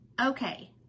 Okay